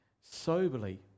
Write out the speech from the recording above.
soberly